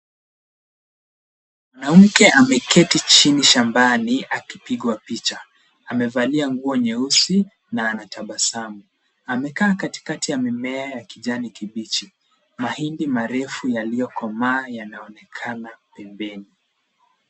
Mwanamke ameketi chini shambani akipigwa picha. Amevalia nguo nyeusi na anatabasamu. Amekaa katikati ya mimea ya kijani kibichi. Mahindi marefu yaliyokomaa yanaonekana pembeni.